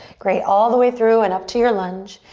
great, all the way through and up to your lunge.